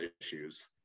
issues